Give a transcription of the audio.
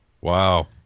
Wow